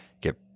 get